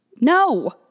No